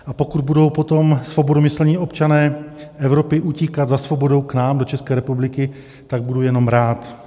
A pokud budou potom svobodomyslní občané Evropy utíkat za svobodou k nám do České republiky, tak budu jenom rád.